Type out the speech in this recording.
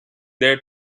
their